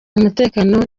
umutekano